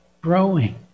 growing